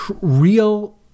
real